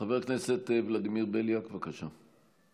חבר הכנסת ולדימיר בליאק, בבקשה.